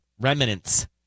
remnants